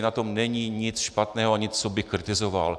Na tom není nic špatného a nic, co bych kritizoval.